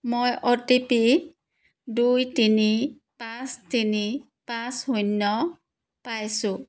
মই O T P দুই তিনি পাঁচ তিনি পাঁচ শূন্য পাইছোঁ